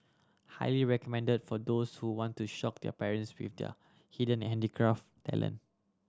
highly recommended for those who want to shock their parents with their hidden handicraft talent